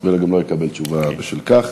והוא גם לא יקבל תשובה בשל כך.